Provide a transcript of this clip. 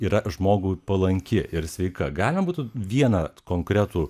yra žmogui palanki ir sveika galima būtų vieną konkretų